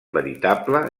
veritable